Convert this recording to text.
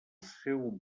seu